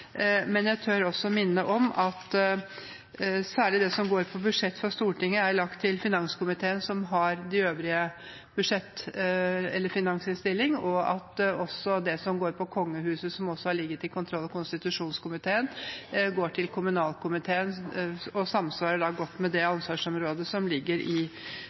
Men jeg tør minne om at særlig det som går på budsjett for Stortinget, er lagt til finanskomiteen, som har de øvrige finansinnstillingene, og at det som går på kongehuset, som har ligget til kontroll- og konstitusjonskomiteen, går til kommunalkomiteen. Det samsvarer godt med det ansvarsområdet som ligger i